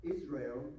Israel